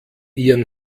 ihren